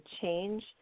change